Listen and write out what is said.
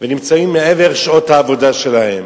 ונמצאים מעבר לשעות העבודה שלהם